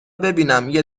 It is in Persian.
ببینم، یه